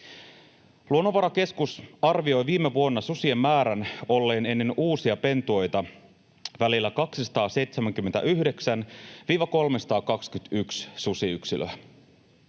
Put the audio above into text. Luonnonvarakeskus arvioi viime vuonna susien määrän olleen ennen uusia pentueita välillä 279—321 susiyksilöä.